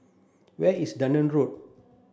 where is Dunearn Road